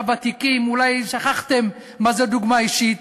אתם, הוותיקים, אולי שכחתם מה זה דוגמה אישית.